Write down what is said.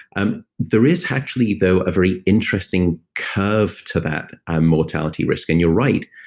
and there is actually though a very interesting curve to that ah mortality risk. and you're right,